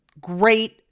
great